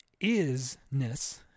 Isness